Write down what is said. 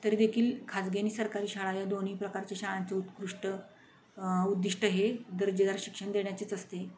तरीदेखील खाजगी आणि सरकारी शाळा ह्या दोन्ही प्रकारच्या शाळांचे उत्कृष्ट उद्दिष्ट हे दर्जेदार शिक्षण देण्याचेच असते